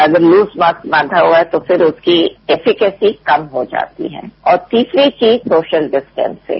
अगर loose mask बांधा हुआ है तो फिर उसकी कैपिसिटी कम हो जाती है और तीसरी चीज सोशल डिस्टेंसिंग